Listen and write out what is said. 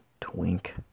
twink